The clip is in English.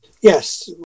Yes